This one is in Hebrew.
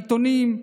בעיתונים,